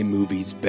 Movies